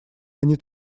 они